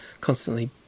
constantly